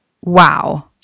Wow